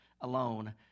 alone